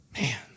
Man